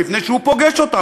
מפני שהוא פוגש אותם,